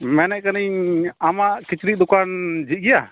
ᱢᱮᱱᱮᱫ ᱠᱟᱹᱱᱟᱹᱧ ᱟᱢᱟᱜ ᱠᱤᱪᱨᱤᱡ ᱫᱚᱠᱟᱱ ᱡᱷᱤᱡ ᱜᱮᱭᱟ